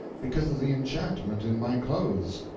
because of the enchantment in my clothes.